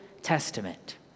Testament